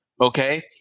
Okay